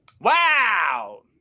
Wow